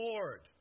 Lord